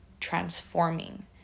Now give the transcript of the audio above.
transforming